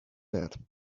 that